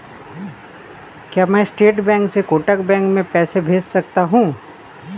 क्या मैं state bank से कोटक बैंक में पैसे भेज सकता हूँ?